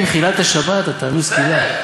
אם חיללת שבת, אתה ענוש סקילה".